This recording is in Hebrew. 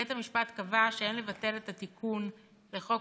בית המשפט קבע שאין לבטל את התיקון לחוק